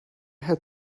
had